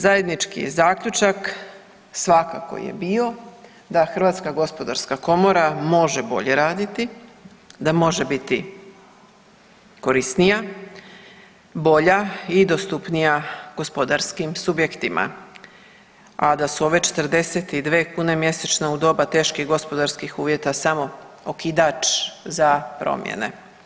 Zajednički zaključak svakako je bio da Hrvatska gospodarska komora može bolje raditi, da može biti korisnija, bolja i dostupnija gospodarskim subjektima, a da su ove 42 kune mjesečno u doba teških gospodarskih uvjeta samo okidač za promjene.